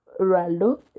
Ronaldo